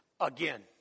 Again